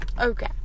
Okay